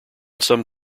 some